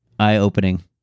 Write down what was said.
Eye-opening